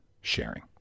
sharing